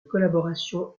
collaboration